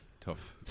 tough